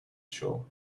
show